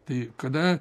tai kada